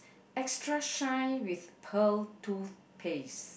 extra shine with pearl tooth paste